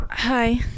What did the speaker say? hi